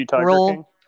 role